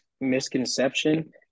misconception